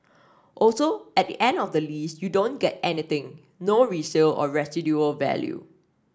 also at the end of the lease you don't get anything no resale or residual value